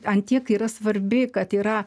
ant tiek yra svarbi kad yra